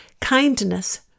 kindness